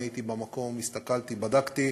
אני הייתי במקום, הסתכלתי, בדקתי,